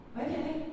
okay